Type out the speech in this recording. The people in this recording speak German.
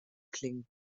klingen